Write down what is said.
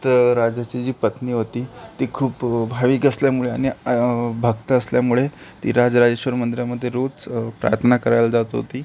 तर राजाची जी पत्नी होती ती खूप भाविक असल्यामुळे आणि भक्त असल्यामुळे ती राज राजेश्वर मंदिरामध्ये रोज प्रार्थना करायला जात होती